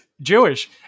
Jewish